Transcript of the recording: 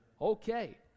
Okay